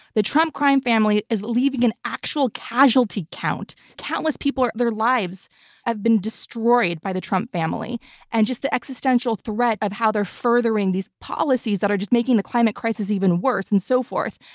the trump crime family is leaving an actual casualty count. countless people, their lives have been destroyed by the trump family and just the existential threat of how they're furthering these policies that are just making the climate crisis even worse and so forth.